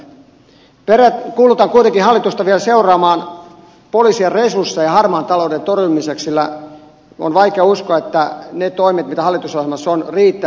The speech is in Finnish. kuulutan kuitenkin hallitusta vielä seuraamaan poliisien resursseja harmaan talouden torjumiseksi sillä on vaikea uskoa että ne toimet joita hallitusohjelmassa on riittävät siihen